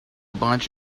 bunch